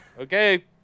okay